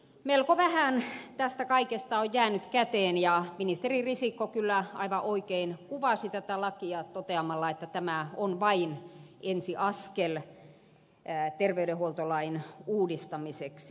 melko vähän tästä kaikesta on jäänyt käteen ja ministeri risikko kyllä aivan oikein kuvasi tätä lakia toteamalla että tämä on vain ensiaskel terveydenhuoltolain uudistamiseksi